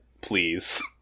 please